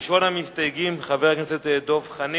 ראשון המסתייגים, חבר הכנסת דב חנין,